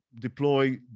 deploy